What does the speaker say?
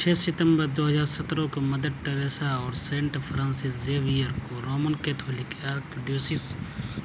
چھ ستمبر دو ہزار سترہ کو مدر ٹریسا اور سینٹ فرانسس زیویئر کو رومن کیتھولک آرکڈیوسس